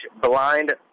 blind